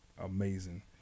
amazing